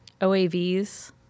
OAVs